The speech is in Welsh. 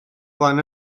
flaen